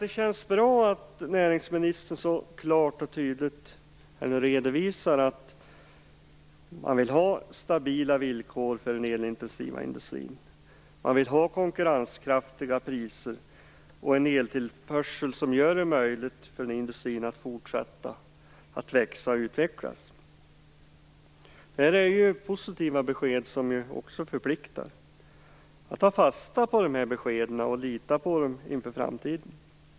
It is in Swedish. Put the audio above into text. Det känns bra att näringsministern så klart och tydligt redovisar att han vill ha stabila villkor för den elintensiva industrin, konkurrenskraftiga priser och en eltillförsel som gör det möjligt för industrin att växa och utvecklas. Det är positiva besked som också förpliktar, så att vi kan ta fasta på beskeden och lita på dem inför framtiden.